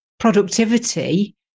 productivity